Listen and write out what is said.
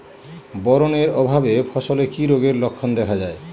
Boron এর অভাবে ফসলে কি রোগের লক্ষণ দেখা যায়?